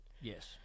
Yes